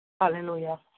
Hallelujah